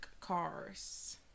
cars